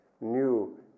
new